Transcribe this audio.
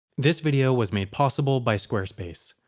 this video was made possible by squarespace.